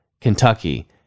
Kentucky